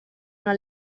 una